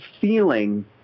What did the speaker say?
feeling